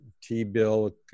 T-bill